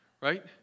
right